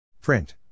Print